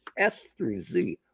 S3Z